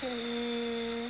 mm